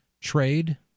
trade